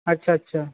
আচ্ছা আচ্ছা